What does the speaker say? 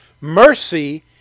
mercy